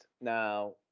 Now